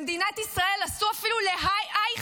במדינת בישראל עשו אפילו לאייכמן,